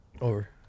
over